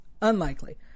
unlikely